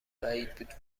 بعید